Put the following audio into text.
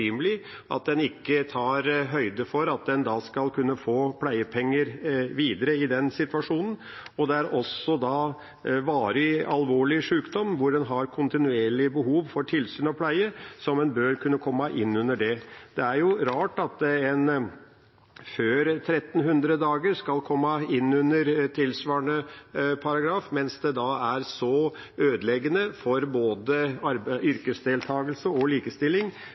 videre i den situasjonen. Dette gjelder også varig alvorlig sykdom hvor en har kontinuerlig behov for tilsyn og pleie og bør kunne komme inn under ordningen. Det er rart at en før 1 300 dager skal komme inn under tilsvarende paragraf, mens det etter 1 300 stønadsdager er ødeleggende for både yrkesdeltakelse og likestilling.